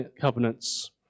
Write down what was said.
covenants